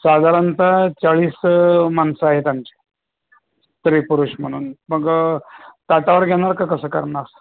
साधारणतः चाळीस माणसं आहेत आमची स्त्री पुरुष म्हणून मग ताटावर घेणार का कसं करणार